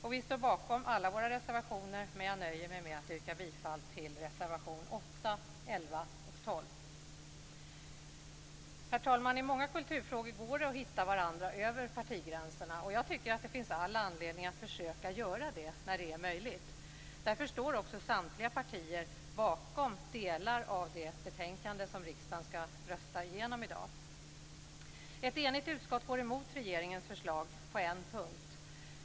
Vi står bakom alla våra reservationer, men jag nöjer mig med att yrka bifall till reservation 8, 11 och Herr talman! I många kulturfrågor går det att hitta varandra över partigränserna, och jag tycker att det finns all anledning att försöka göra det när det är möjligt. Därför står också samtliga partier bakom delar av det betänkande som riksdagen skall rösta igenom i dag. Ett enigt utskott går emot regeringens förslag på en punkt.